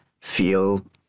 feel